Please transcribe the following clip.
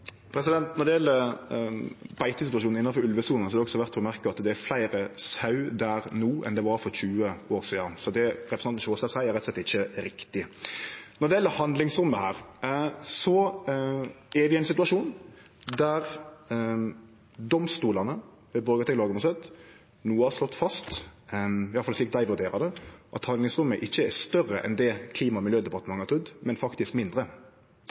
opplevelsene? Når det gjeld beitesituasjonen innanfor ulvesona, er det verdt å merke seg at det er fleire sau der no enn det var for 20 år sidan. Det representanten Sjåstad seier, er rett og slett ikkje riktig. Når det gjeld handlingsrommet her, er vi i ein situasjon der domstolane – ved Borgarting lagmannsrett – no har slått fast, i alle fall slik dei vurderer det, at handlingsrommet ikkje er større enn det Klima- og miljødepartementet har trudd, men faktisk mindre.